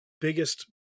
biggest